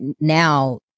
now